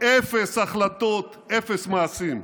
ואפס החלטות, אפס מעשים.